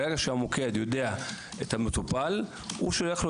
ברגע שהמוקד יודע את המטופל הוא שולח את